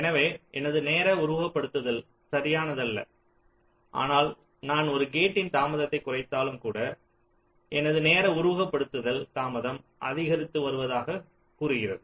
எனவே எனது நேர உருவகப்படுத்துதல் சரியானதல்ல ஆனால் நான் ஒரு கேட்டின் தாமதத்தை குறைத்தாலும் கூட எனது நேர உருவகப்படுத்துதல் தாமதம் அதிகரித்து வருவதாகக் கூறுகிறது